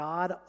God